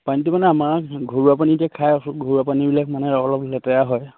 পানীটো মানে আমাৰ ঘৰুৱা পানীকে খাই ঘৰুৱা পানীবিলাক মানে অলপ লেতেৰা হয়